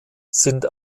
sind